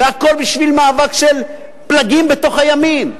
והכול בשביל מאבק של פלגים בתוך הימין.